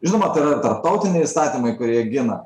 žinoma tai yra tarptautiniai įstatymai kurie gina